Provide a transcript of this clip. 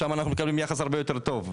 שמה אנחנו מקבלים יחס הרבה יותר טוב,